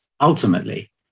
Ultimately